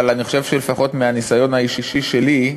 אבל אני חושב שלפחות מהניסיון האישי שלי,